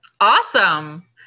Awesome